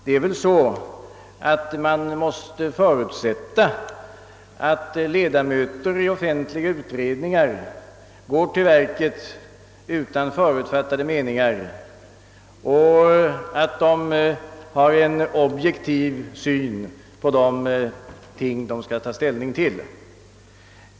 Man måste väl ändå förutsätta att ledamöter av offentliga utredningar går till verket utan förutfattade meningar och att de har en objektiv syn på de ting de skall ta ställning till.